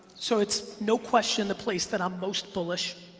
so it's no question the place that i'm most bullish.